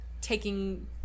taking